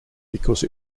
because